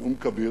נאום כביר,